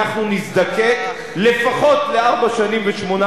אנחנו נזדקק לפחות לארבע שנים ושמונה